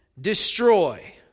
destroy